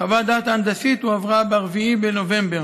וחוות הדעת ההנדסית הועברה ב-4 בנובמבר.